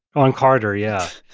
on carter, yeah.